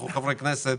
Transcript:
אנחנו חברי כנסת,